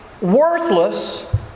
worthless